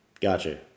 Gotcha